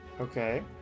Okay